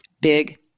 big